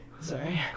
Sorry